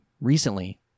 recently